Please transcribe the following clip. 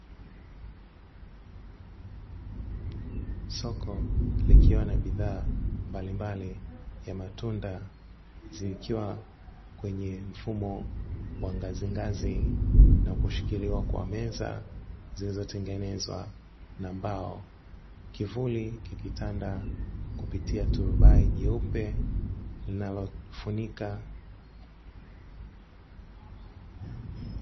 Soko likiwa na bidhaa mbalimbali ya matunda zikiwa kwenye mfumo wa ngazi ngazi na kushikiliwa kwa meza zilizotengenezwa na mbao, kivuli kikitanda kupitia turubai jeupe linalofunika.